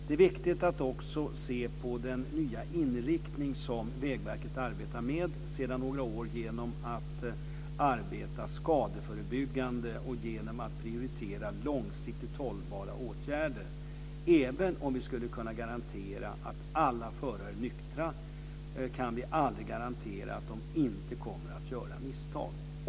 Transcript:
Det är viktigt att också se på den nya inriktning som Vägverket arbetar med sedan några år genom att arbeta skadeförebyggande och genom att prioritera långsiktigt hållbara åtgärder. Även om vi skulle kunna garantera att alla förare är nyktra, kan vi aldrig garantera att de inte kommer att göra misstag.